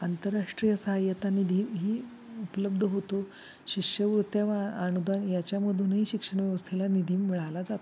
आंतरराष्ट्रीय सहायता निधी ही उपलब्ध होतो शिष्यवृत्त्या अनुदान याच्यामधूनही शिक्षण व्यवस्थेला निधी मिळाला जातो